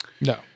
No